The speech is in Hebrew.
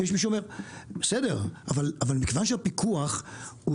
מכיוון שהפיקוח הוא